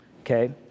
okay